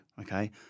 okay